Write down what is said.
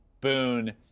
Boone